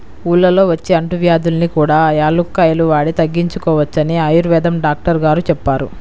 ఊళ్ళల్లో వచ్చే అంటువ్యాధుల్ని కూడా యాలుక్కాయాలు వాడి తగ్గించుకోవచ్చని ఆయుర్వేదం డాక్టరు గారు చెప్పారు